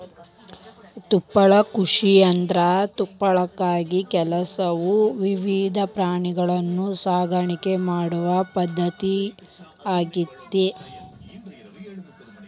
ತುಪ್ಪಳ ಕೃಷಿಯಂದ್ರ ತುಪ್ಪಳಕ್ಕಾಗಿ ಕೆಲವು ವಿಧದ ಪ್ರಾಣಿಗಳನ್ನ ಸಾಕಾಣಿಕೆ ಮಾಡೋ ಪದ್ಧತಿ ಆಗೇತಿ